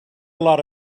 lot